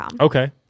okay